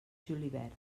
julivert